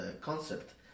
concept